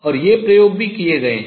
और ये प्रयोग भी किए गए हैं